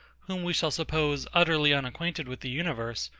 whom we shall suppose utterly unacquainted with the universe,